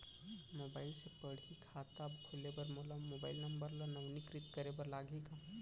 Mobile से पड़ही खाता खोले बर मोला मोबाइल नंबर ल नवीनीकृत करे बर लागही का?